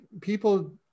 people